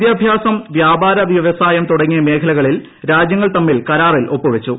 വിദ്യാഭ്യാസം വ്യാപാര വൃവസായം തുടങ്ങിയ മേഖലകളിൽ രാജ്യങ്ങൾ തമ്മിൽ കരാറിൽ ഒപ്പു വെച്ചു